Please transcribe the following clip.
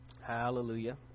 Hallelujah